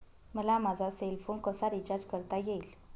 मला माझा cell phone कसा रिचार्ज करता येईल?